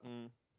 mm